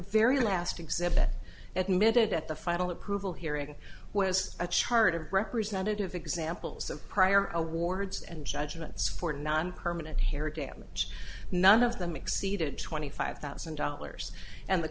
very last exhibit at mid at the final approval hearing was a chart of representative examples of prior awards and judgments for nonpermanent here damage none of them exceeded twenty five thousand dollars and the